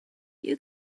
you